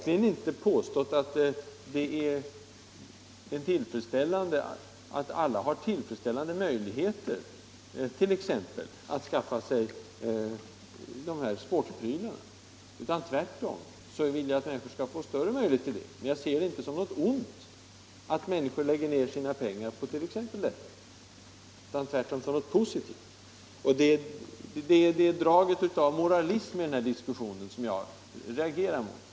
Jag har inte påstått att alla har tillfredsställande möjligheter att t.ex. skaffa sig dessa sportgrejer. Tvärtom vill jag att människor skall få större möjlighet till det. Jag ser det alltså inte som något ont att människor lägger ned sina pengar på sådana saker, utan tvärtom som något positivt. Det är draget av moralism i den här diskussionen som jag reagerar mot.